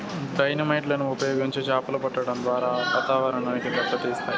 dynamite లను ఉపయోగించి చాపలు పట్టడం ద్వారా వాతావరణాన్ని దెబ్బ తీస్తాయి